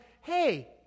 hey